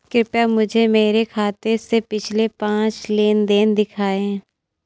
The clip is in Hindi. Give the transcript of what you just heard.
कृपया मुझे मेरे खाते से पिछले पांच लेन देन दिखाएं